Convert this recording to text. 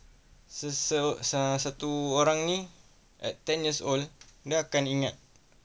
se~ se~ sa~ satu orang ni at ten years old dia akan ingat